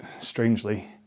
strangely